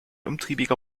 umtriebiger